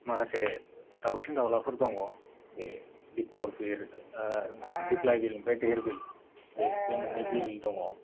माखासे दाउसिन दाउलाफोर दङ बे दिपरबिल दिफ्लायबिल आमफ्राय धिरबिल बे बे मोननै बिल दङ